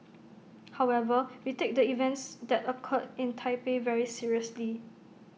however we take the events that occurred in Taipei very seriously